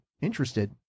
interested